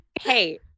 Hey